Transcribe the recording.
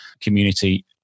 community